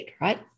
right